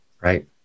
Right